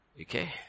Okay